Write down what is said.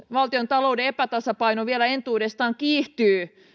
valtiontalouden epätasapaino vielä entuudestaan kiihtyy